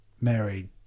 married